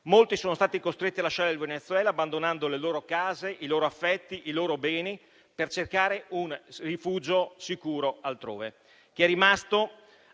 Molti sono stati costretti a lasciare il Venezuela abbandonando le loro case, i loro affetti, i loro beni, per cercare un rifugio sicuro altrove. Chi è rimasto affronta